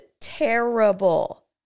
terrible